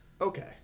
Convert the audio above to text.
okay